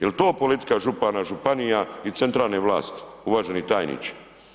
Je li to politika župana, županija i centralne vlasti, uvaženi tajniče?